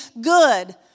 good